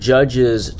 Judges